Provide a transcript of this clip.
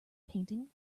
painting